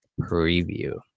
preview